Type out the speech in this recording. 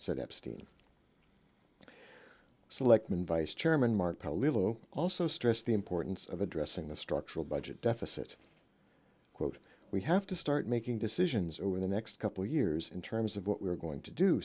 said epstein selectman vice chairman mark how little also stressed the importance of addressing the structural budget deficit quote we have to start making decisions over the next couple years in terms of what we are going to do